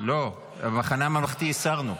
המחנה הממלכתי הסרנו.